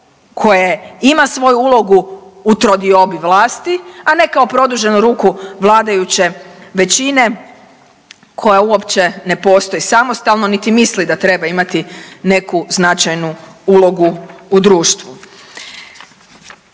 koje ima svoju ulogu u trodiobi vlasti, a ne kao produženu ruku vladajuće većine koja uopće ne postoji samostalno niti misli da treba imati neku značajnu ulogu u društvu.